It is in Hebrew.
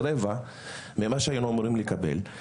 שזה רבע ממה שהיינו אמורים לקבל.